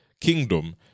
kingdom